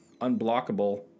Unblockable